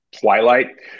twilight